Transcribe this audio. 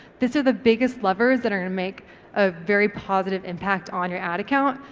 these are the biggest levers that are gonna make a very positive impact on your ad account.